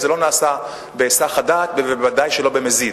זה לא נעשה בהיסח הדעת וודאי שלא במזיד.